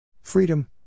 Freedom